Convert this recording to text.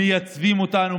מייצבים אותנו,